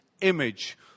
image